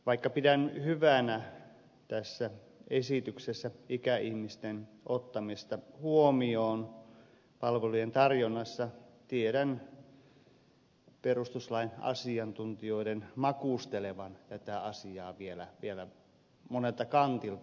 vaikka pidän hyvänä tässä esityksessä ikäihmisten ottamista huomioon palvelujen tarjonnassa tiedän perustuslain asiantuntijoiden makustelevan tätä asiaa vielä monelta kantilta